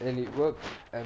and it worked